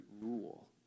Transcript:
rule